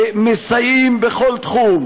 מסייעים בכל תחום,